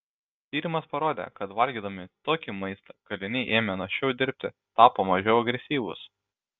tyrimas parodė kad valgydami tokį maistą kaliniai ėmė našiau dirbti tapo mažiau agresyvūs